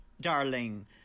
darling